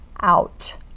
out